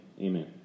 Amen